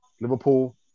Liverpool